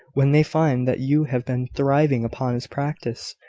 when they find that you have been thriving upon his practice,